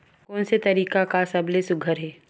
कोन से तरीका का सबले सुघ्घर हे?